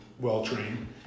well-trained